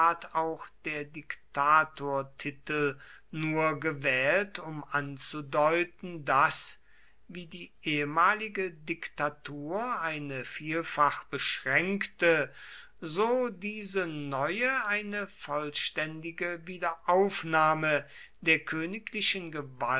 auch der diktatortitel nur gewählt um anzudeuten daß wie die ehemalige diktatur eine vielfach beschränkte so diese neue eine vollständige wiederaufnahme der königlichen